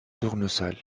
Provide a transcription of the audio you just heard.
tournesol